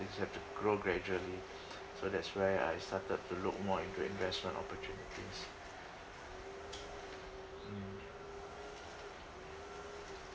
it's just have to grow gradually so that's where I started to look more into investment opportunities mm